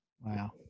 Wow